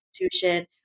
institution